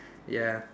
ya